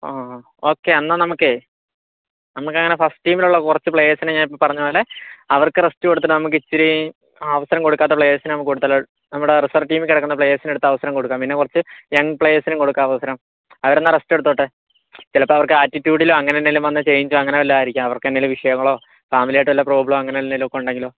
ആഹ് ah okay എന്നാൽ നമുക്കേ നമുക്കങ്ങനെ ഫസ്റ്റ് ടീമിലുള്ള കുറച്ചു പ്ലയേഴ്സിനെ ഞാനിപ്പോൾ പറഞ്ഞപോലെ അവർക്ക് റസ്റ്റ് കൊടുത്തിട്ട് നമുക്കിച്ചിരി അവസരം കൊടുക്കാത്ത പ്ലെയേഴ്സിന് നമുക്ക് കൊടുത്താലോ നമ്മുടെ റിസേർവ് ടീമിൽ കിടക്കുന്ന പ്ലെയേഴ്സിനെ എടുത്ത് അവസരം കൊടുക്കാം പിന്നെ കുറച്ചു യങ് പ്ലെയേഴ്സിനും കൊടുക്കാം അവസരം അവരെല്ലാം റസ്റ്റ് എടുത്തോട്ടെ ചിലപ്പോൾ അവർക്കൊരു ആറ്റിട്യൂഡിലോ അങ്ങനെയെന്തേലും വന്ന ചേഞ്ച് അങ്ങനെ വല്ലോം ആയിരിക്കാം അവർക്കെന്തേലും വിഷയങ്ങളോ ഫാമിലിയായിട്ട് വല്ല പ്രോബ്ളമോ അങ്ങനെയെന്തേലുമൊക്കെ ഉണ്ടെങ്കിലോ